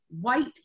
white